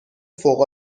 فوق